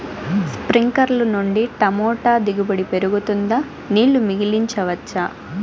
స్ప్రింక్లర్లు నుండి టమోటా దిగుబడి పెరుగుతుందా? నీళ్లు మిగిలించవచ్చా?